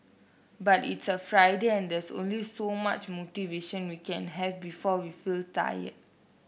but it's a Friday and there's only so much motivation we can have before we feel tired